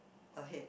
a head